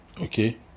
okay